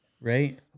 right